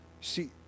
see